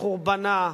לחורבנה,